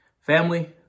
Family